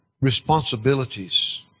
responsibilities